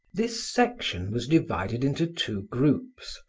this section was divided into two groups,